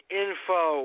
info